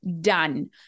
done